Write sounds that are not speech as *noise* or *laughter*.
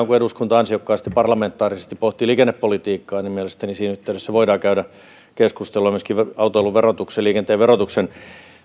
*unintelligible* kun eduskunta ansiokkaasti parlamentaarisesti pohtii liikennepolitiikkaa niin mielestäni siinä yhteydessä voidaan käydä keskustelua myöskin autoilun verotuksen liikenteen verotuksen